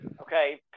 Okay